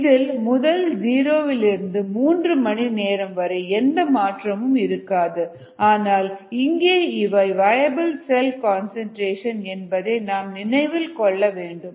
இதில் முதல் ஜீரோவிலிருந்து மூன்று மணி நேரம் வரை எந்த மாற்றமும் இருக்காது ஆனால் இங்கே இவை வயபிள் செல் கன்சன்ட்ரேஷன் என்பதை நாம் நினைவில் கொள்ள வேண்டும்